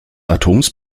atoms